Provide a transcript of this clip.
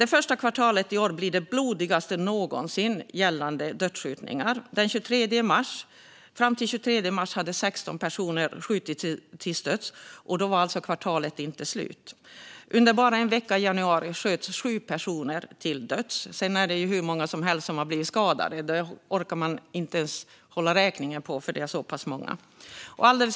Det första kvartalet i år blir det blodigaste någonsin gällande dödsskjutningar. Fram till den 23 mars hade 16 personer skjutits till döds, och då var kvartalet alltså inte slut än. Under bara en vecka i januari sköts sju personer till döds. Så pass många har blivit skadade att man inte orkar hålla räkningen.